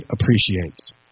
appreciates